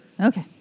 Okay